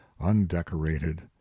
undecorated